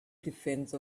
defense